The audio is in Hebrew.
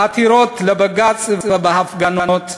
בעתירות לבג"ץ ובהפגנות.